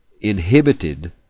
inhibited